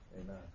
Amen